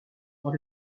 dans